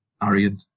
Aryan